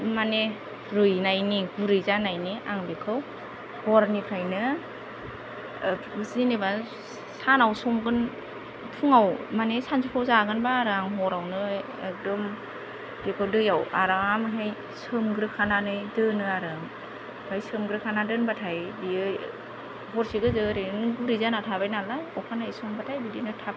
माने रुइनायनि गुरै जानायनि आं बेखौ हरनिफ्रायनो जेनेबा सानाव संगोन फुङाव माने सानजुफुआव जागोनबा आरो आं हरावनो एखदम बेखौ दैयाव आरामै सोमग्रोखानानै दोनो आरो आं ओमफ्राय सोमग्रोखानानै दोनब्लाथाय बेयो हरसे गोजो ओरैनो गुरै जाना थाबाय नालाय अखानायै संब्लाथाय बिदिनो थाब